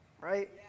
right